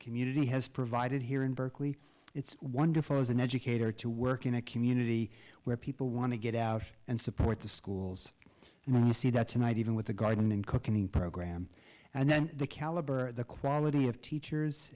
community has provided here in berkeley it's wonderful as an educator to work in a community where people want to get out and support the schools and when you see that tonight even with the garden and cooking program and then the caliber of the quality of teachers